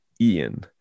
Ian